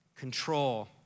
control